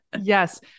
Yes